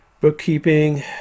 bookkeeping